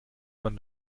man